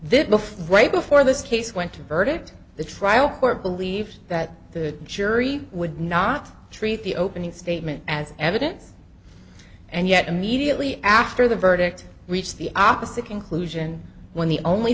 this before right before this case went to verdict the trial court believed that the jury would not treat the opening statement as evidence and yet immediately after the verdict reached the opposite conclusion when the only